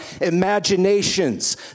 imaginations